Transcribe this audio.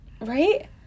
Right